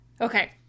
Okay